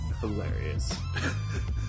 hilarious